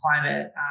climate